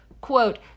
quote